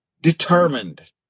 determined